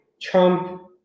Trump